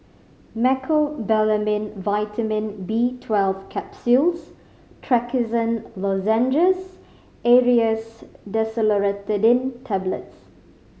Mecobalamin Vitamin B Twelve Capsules Trachisan Lozenges Aerius DesloratadineTablets